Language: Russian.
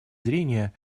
зрения